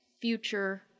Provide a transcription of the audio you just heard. future